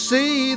See